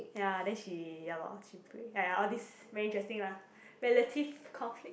ya then she ya lor she pray !aiya! all these very interesting lah relative conflict